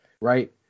Right